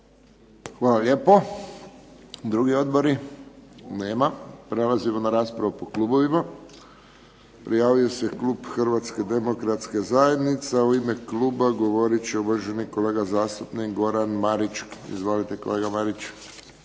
Hvala lijepo. Drugi odbori? Nema. Prelazimo na raspravu po klubovima. Prijavio se klub Hrvatske demokratske zajednice. U ime kluba govorit će uvaženi kolega zastupnik Goran Marić. Izvolite, kolega Marić.